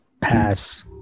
Pass